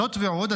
זאת ועוד,